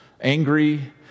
angry